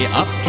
up